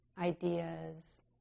ideas